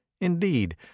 indeed